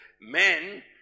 Men